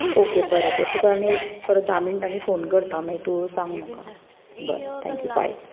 okay बरें तर तुका आनीक एक परत धा मिणटांनी फोन करता मागीर तूं सांग म्हाका बरें थँक्यू बाय